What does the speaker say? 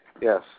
Yes